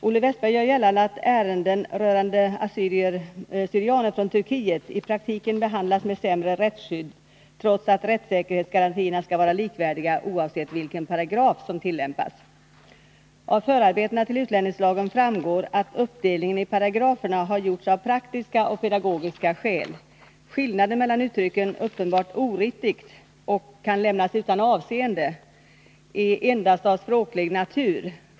Olle Wästberg gör gällande att ärenden rörande assyrier/syrianer från Turkiet i praktiken behandlas med sämre rättsskydd, trots att rättssäkerhetsgarantierna skall vara likvärdiga oavsett vilken paragraf som tillämpas. Av förarbetena till utlänningslagen framgår att uppdelningen i paragraferna har gjorts av praktiska och pedagogiska skäl. Skillnaden mellan uttrycken ”uppenbart oriktigt” och ”kan lämnas utan avseende” är endast av språklig natur.